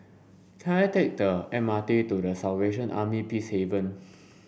can I take the M R T to The Salvation Army Peacehaven